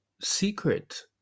secret